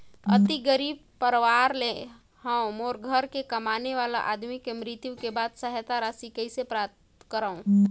अति गरीब परवार ले हवं मोर घर के कमाने वाला आदमी के मृत्यु के बाद सहायता राशि कइसे प्राप्त करव?